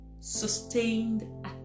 sustained